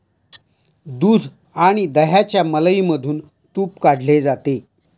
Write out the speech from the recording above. दूध आणि दह्याच्या मलईमधून तुप काढले जाते